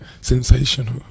Sensational